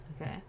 okay